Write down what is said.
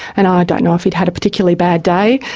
and i don't know if he'd had a particularly bad day,